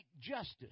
justice